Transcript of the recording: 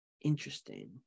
interesting